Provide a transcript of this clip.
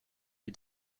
lui